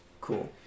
Cool